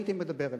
הייתי מדבר אליהם,